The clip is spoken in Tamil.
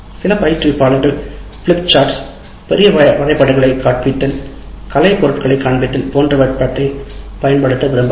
சில பயிற்றுனர்கள் பிளிப்சார்ட்ஸ் பெரிய வரைபடங்களைக் காண்பித்தல் கலைப்பொருட்களைக் காண்பித்தல் போன்றவற்றைப் பயன்படுத்த விரும்பலாம்